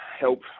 help